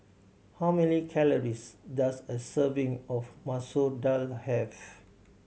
how many calories does a serving of Masoor Dal have